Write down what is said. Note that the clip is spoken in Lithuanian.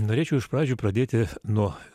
norėčiau iš pradžių pradėti nuo